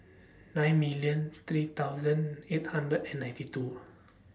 nine million three thousand eight hundred and ninety two